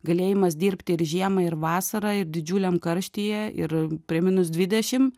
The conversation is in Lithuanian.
galėjimas dirbti ir žiemą ir vasarą ir didžiuliam karštyje ir prie minus dvidešim